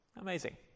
Amazing